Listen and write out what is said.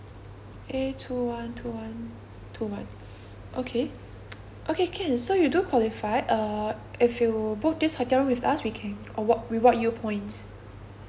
A two one two one two one okay okay can so you do qualify uh if you book this hotel with us we can award reward you points